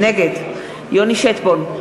נגד יוני שטבון,